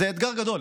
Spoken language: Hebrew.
זה אתגר גדול,